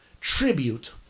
tribute